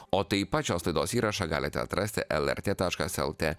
o taip pat šios laidos įrašą galite atrasti lrt taškas lt